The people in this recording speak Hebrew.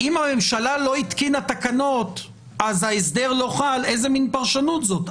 אם הממשלה לא התקינה תקנות אז ההסדר לא חל איזו מן פרשנות זאת?